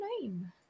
name